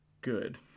Good